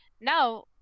Now